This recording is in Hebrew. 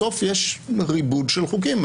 בסוף יש ריבוד של חוקים.